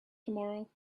tomorrow